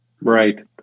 Right